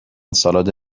سالاد